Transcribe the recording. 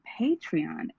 Patreon